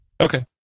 okay